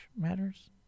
matters